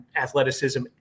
athleticism